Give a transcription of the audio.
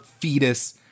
fetus